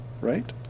right